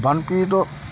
বানপীড়িত